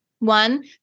One